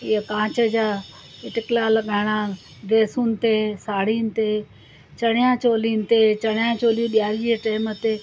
इहे कांच जा तिकला लॻाइणा ड्रेसियुनि ते साड़ियुनि ते चनिया चोलियुनि ते चनिया चोली ॾियारीअ टैम ते